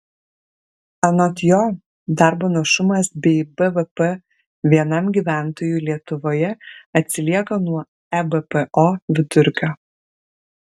anot jo darbo našumas bei bvp vienam gyventojui lietuvoje atsilieka nuo ebpo vidurkio